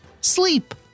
sleep